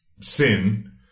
sin